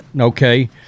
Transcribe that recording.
okay